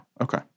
Okay